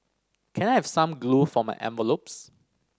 can I have some glue for my envelopes